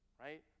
right